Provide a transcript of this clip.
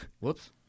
Whoops